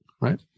Right